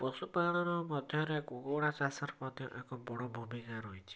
ପଶୁପାଳନ ମଧ୍ୟରେ କୁକୁଡ଼ା ଚାଷର ମଧ୍ୟ ଏକ ବଡ଼ ଭୂମିକା ରହିଛି